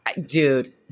dude